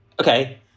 Okay